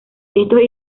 estos